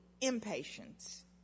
impatience